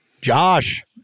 Josh